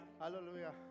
Hallelujah